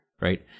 Right